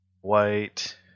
white